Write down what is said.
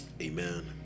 Amen